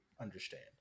understand